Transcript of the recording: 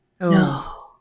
no